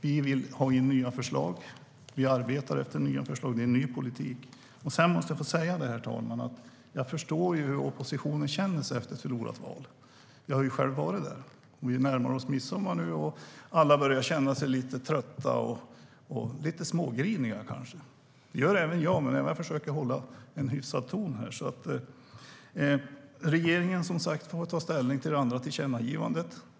Vi vill ha in nya förslag. Vi arbetar efter nya förslag. Det är en ny politik. Jag måste få säga, herr talman, att jag förstår hur oppositionen känner sig efter ett förlorat val. Jag har ju själv varit där. Vi närmar oss midsommar nu, och alla börjar känna sig lite trötta och kanske lite smågriniga. Det gör även jag, men jag försöker hålla en hyfsad ton här. Regeringen får som sagt ta ställning till det andra tillkännagivandet.